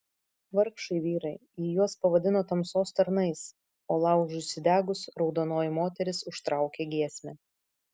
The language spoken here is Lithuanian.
vargšai vyrai ji juos pavadino tamsos tarnais o laužui įsidegus raudonoji moteris užtraukė giesmę